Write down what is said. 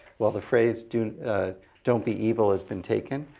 well the phrase, don't ah don't be evil has been taken,